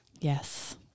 Yes